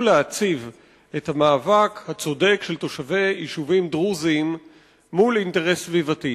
להציב את המאבק הצודק של תושבי יישובים דרוזיים מול אינטרס סביבתי.